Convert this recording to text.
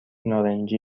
نارنجی